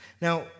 Now